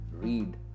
read